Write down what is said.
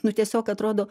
nu tiesiog atrodo